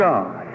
God